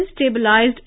stabilized